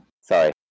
Sorry